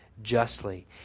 Justly